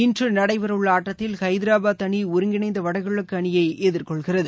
இன்று நடைபெறவுள்ள ஆட்டத்தில் ஹைதராபாத் அணி ஒருங்கிணைந்த வடகிழக்கு அணியை எதிர்கொள்கிறது